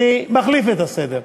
אני מחליף את הסדר,